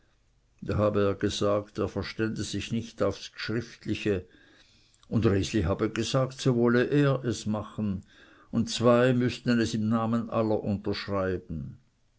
da habe er gesagt er verstand sich nichts aufs gschriftliche und resli habe gesagt so wolle er es machen und zwei müßten es im namen aller unterschreiben